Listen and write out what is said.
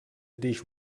dish